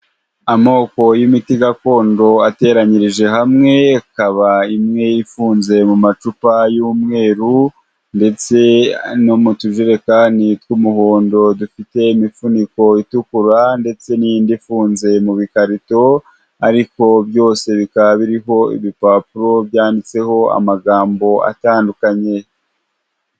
Amoko y'imiti gakondo ateranyirije hamwe, akaba imwe ifunze mu macupa y'umweru ndetse no mu tujerekani tw'umuhondo, dufite imifuniko itukura, ndetse n'indi ifunze mu bikarito, ariko byose bikaba biriho ibipapuro byanditseho amagambo atandukanye.